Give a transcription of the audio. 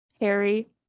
harry